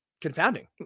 confounding